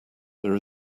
there